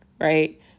Right